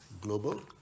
Global